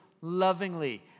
lovingly